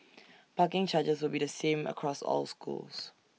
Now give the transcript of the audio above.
parking charges will be the same across all schools